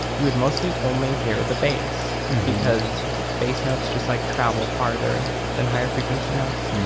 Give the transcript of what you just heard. you would mostly only hear the bass, because bass notes just like travel further than higher frequency notes.